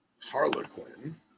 Harlequin